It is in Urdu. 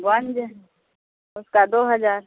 ونج اس کا دو ہزار